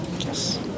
Yes